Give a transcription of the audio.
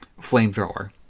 flamethrower